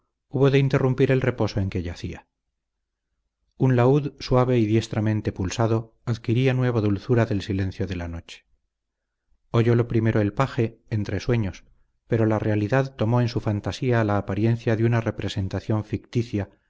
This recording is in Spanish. de interrumpir el reposo en que yacía un laúd suave y diestramente pulsado adquiría nueva dulzura del silencio de la noche oyólo primero el paje entre sueños pero la realidad tomó en su fantasía la apariencia de una representación ficticia